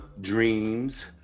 Dreams